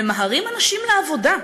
ממהרים אנשים לעבודה,